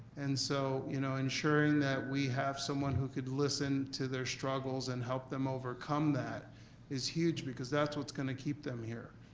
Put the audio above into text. and so you know ensuring that we have someone who could listen to their struggles and help them overcome that is huge, because that's what's gonna keep them here,